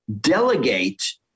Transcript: delegate